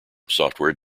software